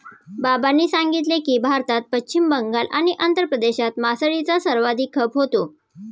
बाबांनी सांगितले की, भारतात पश्चिम बंगाल आणि आंध्र प्रदेशात मासळीचा सर्वाधिक खप होतो